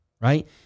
right